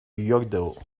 yodel